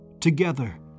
Together